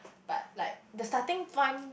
but like the starting point